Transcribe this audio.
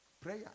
Prayer